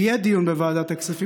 יהיה דיון בוועדת הכספים.